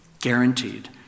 guaranteed